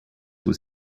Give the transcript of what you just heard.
was